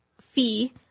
fee